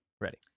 ready